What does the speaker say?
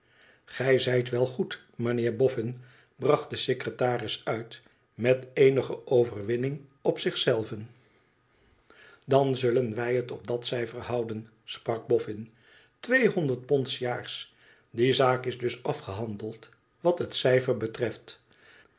gij zijt wel goed mijnheer boffin bracht de secretaris uit met eenige overwinning op zich zelven dan zullen wij het op dat cijfer houden sprak boffin tweehonderd pond s jaars die zaak is dus afgehandeld wat het cijfer betreft